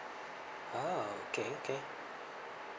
oh okay okay